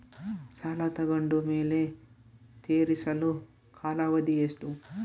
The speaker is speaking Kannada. ಸಾಲ ತಗೊಂಡು ಮೇಲೆ ತೇರಿಸಲು ಕಾಲಾವಧಿ ಎಷ್ಟು?